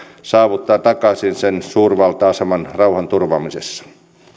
saavuttaa takaisin sen suurvalta aseman rauhanturvaamisessa